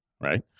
right